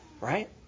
right